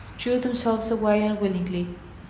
drew themselves away unwillingly.